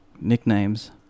nicknames